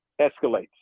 escalates